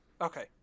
Okay